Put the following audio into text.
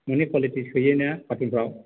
माने कुवालिथि सोयो ना कारथुनफ्राव